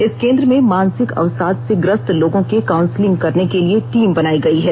इस केंद्र में मानसिक अवसाद से ग्रस्त लोगों के काउंसिलिंग करने के लिए टीम बनाई गई है